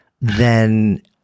then-